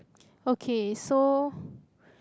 okay so